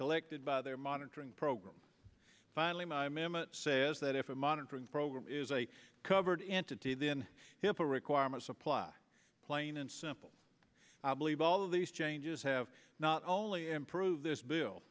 collected by their monitoring program finally my mammoth says that if a monitoring program is a covered entity then hipaa requirements apply plain and simple i believe all of these changes have not only improve this bill